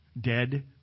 dead